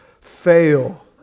fail